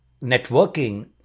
networking